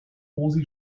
osi